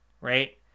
Right